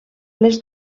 les